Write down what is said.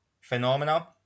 phenomena